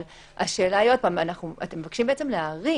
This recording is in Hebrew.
אבל השאלה אתם מבקשים להאריך.